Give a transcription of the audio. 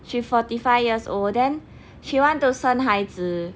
she forty five years old then she want to 生孩子